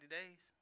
days